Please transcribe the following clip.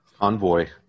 Envoy